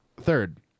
Third